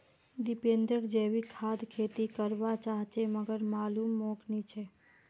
दीपेंद्र जैविक खाद खेती कर वा चहाचे मगर मालूम मोक नी छे